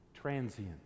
transient